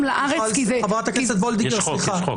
חברת הכנסת וולדיגר, סליחה.